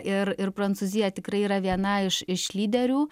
ir ir prancūzija tikrai yra viena iš iš lyderių